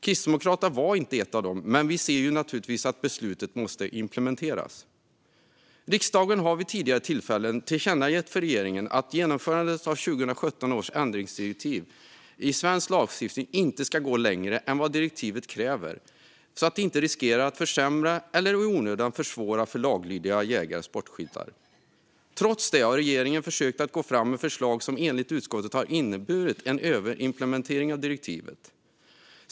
Kristdemokraterna var inte ett av de partierna, men vi anser naturligtvis att beslutet måste implementeras. Riksdagen har vid tidigare tillfällen tillkännagett för regeringen att genomförandet av 2017 års ändringsdirektiv i svensk lagstiftning inte ska gå längre än vad direktivet kräver så att det inte riskerar att försämra eller i onödan försvåra för laglydiga jägare och sportskyttar. Trots det har regeringen försökt att gå fram med förslag som enligt utskottet har inneburit en överimplementering av direktivet.